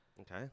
Okay